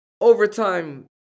overtime